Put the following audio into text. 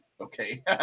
okay